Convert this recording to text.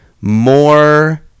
more